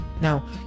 Now